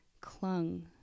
clung